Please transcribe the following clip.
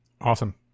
Awesome